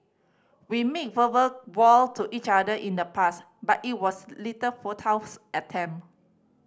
we made verbal vow to each other in the past but it was little futile attempt